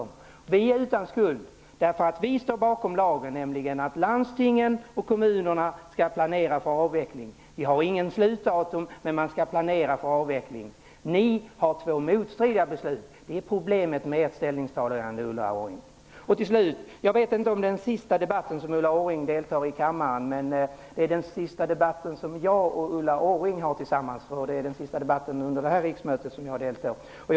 Vi är utan skuld, därför att vi står bakom lagen. Landstingen och kommunerna skall planera för avveckling. Vi har inget slutdatum, men man skall planera för avveckling. Ni har två motstridiga beslut. Det är problemet med ert ställningstagande, Jag vet inte om detta är den sista debatten som Ulla Orring deltar i i kammaren, men det är den sista debatten som jag och Ulla Orring har tillsammans, och det är den sista debatten under det här riksmötet som jag deltar i.